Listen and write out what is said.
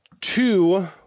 two